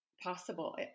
possible